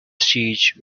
siege